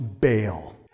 bail